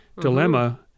dilemma